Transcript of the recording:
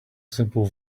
simple